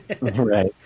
Right